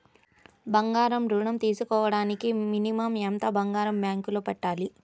బంగారం ఋణం తీసుకోవడానికి మినిమం ఎంత బంగారం బ్యాంకులో పెట్టాలి?